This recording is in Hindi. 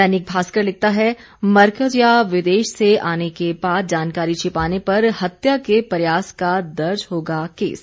दैनिक भास्कर लिखता है मरकज या विदेश से आने के बाद जानकारी छिपाने पर हत्या के प्रयास का दर्ज होगा केस